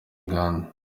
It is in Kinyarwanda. uganda